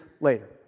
later